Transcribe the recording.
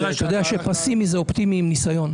אתה יודע שפסימי זה אופטימי עם ניסיון.